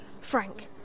Frank